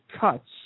cuts